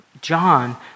John